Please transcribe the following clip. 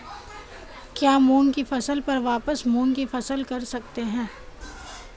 क्या मूंग की फसल पर वापिस मूंग की फसल कर सकते हैं?